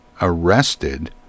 arrested